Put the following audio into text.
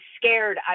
scared